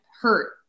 hurt